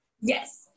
Yes